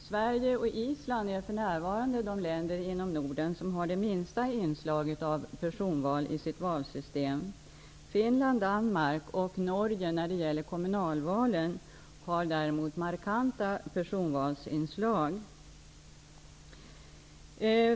Sverige och Island är för närvarande de länder inom Norden som har det minsta inslaget av personval i sitt valsystem. Finland och Danmark samt Norge när det gäller kommunalvalen har däremot markanta personvalsinslag.